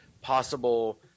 possible